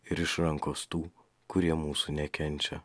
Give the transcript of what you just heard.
ir iš rankos tų kurie mūsų nekenčia